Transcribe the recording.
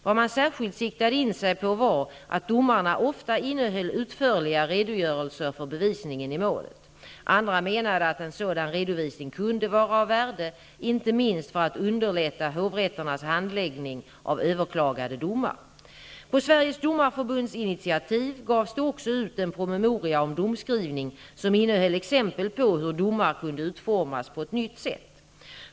Vad man särskilt siktade in sig på var att domarna ofta innehöll utförliga redogörelser för bevisningen i målet. Andra menade att en sådan redovisning kunde vara av värde, inte minst för att underlätta hovrätternas handläggning av överklagade domar. På Sveriges Domareförbunds initiativ gavs det också ut en promemoria om domskrivning som innehöll exempel på hur domar kunde utformas på ett nytt sätt.